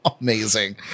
amazing